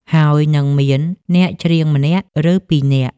ហើយនិងមានអ្នកច្រៀងម្នាក់ ឬពីរនាក់ ។